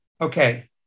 okay